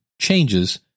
changes